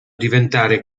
diventare